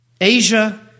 Asia